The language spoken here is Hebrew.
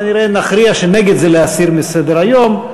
כנראה נכריע שנגד זה להסיר מסדר-היום.